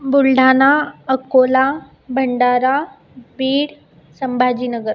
Buldhana Akola Bhandara Beed Sambhajinagar